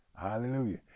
Hallelujah